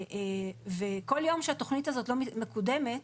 בכל יום שהתכנית הזו לא מקודמת.